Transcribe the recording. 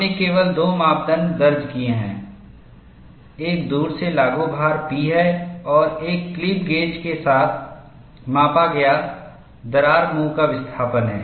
हमने केवल दो मापदण्ड दर्ज किए हैं एक दूर से लागू भार P है और एक क्लिप गेज के साथ मापा गया दरार मुंह का विस्थापन है